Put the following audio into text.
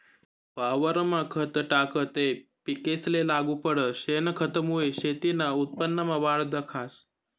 वावरमा खत टाकं ते पिकेसले लागू पडस, शेनखतमुये शेतीना उत्पन्नमा वाढ दखास